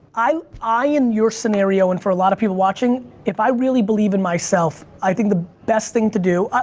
i i in your scenario and for a lot of people watching, if i really believe in myself, i think the best thing to do,